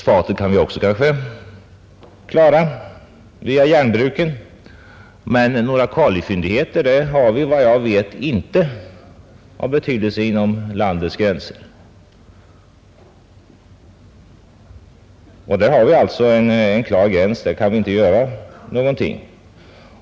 Kanske vi också kan klara fosfaten via järnbruken, men några kalifyndigheter av betydelse inom landets gränser har vi inte enligt vad jag vet. Här har vi alltså en klar gräns, och här kan vi inte göra någonting.